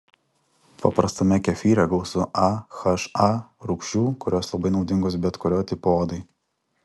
paprastame kefyre gausu aha rūgščių kurios labai naudingos bet kurio tipo odai